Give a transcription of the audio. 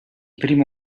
primo